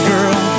Girl